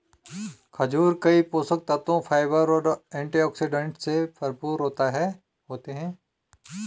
खजूर कई पोषक तत्वों, फाइबर और एंटीऑक्सीडेंट से भरपूर होते हैं